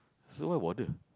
so why bother